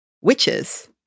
Witches